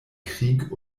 krieg